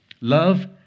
Love